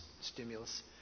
stimulus